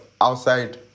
outside